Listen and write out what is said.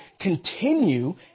continue